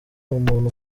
umuntu